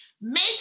Make